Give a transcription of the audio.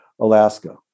Alaska